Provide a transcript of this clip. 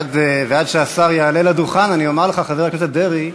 עד שהשר יעלה לדוכן אני אומר לך, חבר הכנסת דרעי,